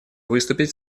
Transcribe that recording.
выступить